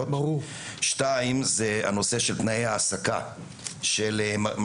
על הישגים בלתי רגילים,